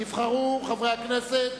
יבחרו חברי הכנסת